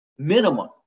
minimum